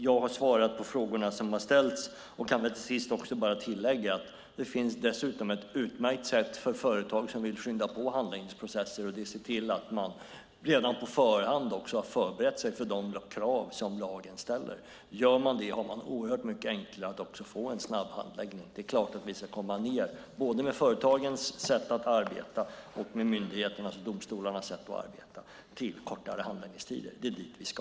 Jag har svarat på de frågor som har ställts och kan till sist bara tillägga att det dessutom finns ett utmärkt sätt för företag att skynda på handläggningsprocesser, och det är att se till att man redan på förhand har förberett sig på de krav som lagen ställer. Gör man det är det mycket enklare att få en snabb handläggning. Det är klart att vi ska ta oss an både företagens sätt att arbeta och med myndigheternas och domstolarnas sätt att arbeta, så att det blir kortare handläggningstider. Det är dit vi ska.